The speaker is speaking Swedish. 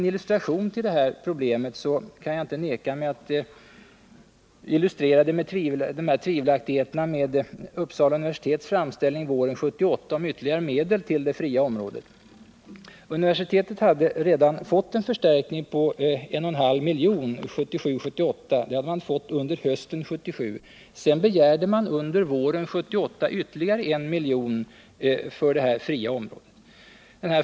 Jag kan inte neka mig att illustrera de här tvivelaktigheterna med det s.k. fria området med Uppsala universitets framställning våren 1978 om ytterligare medel till detta område. Universitetet hade redan under hösten 1977 fått en förstärkning på ca 1,5 milj.kr. för 1977/78. Sedan begärde man under våren 1978 ytterligare I milj.kr. för det fria området.